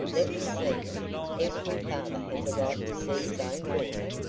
let me see her every father has a right to see his own daughter,